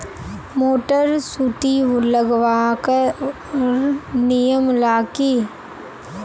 Motor सुटी लगवार नियम ला की?